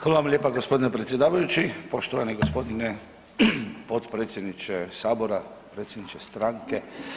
Hvala vam lijepa gospodine predsjedavajući, poštovani gospodine potpredsjedniče Sabora, predsjedniče stranke.